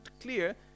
clear